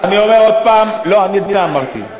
לא, את זה אמרתי.